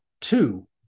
Two